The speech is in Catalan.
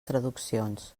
traduccions